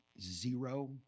zero